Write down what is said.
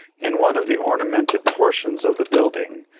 in one of the ornamented portions of the building,